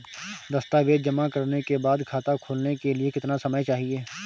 दस्तावेज़ जमा करने के बाद खाता खोलने के लिए कितना समय चाहिए?